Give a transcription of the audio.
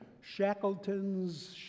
Shackleton's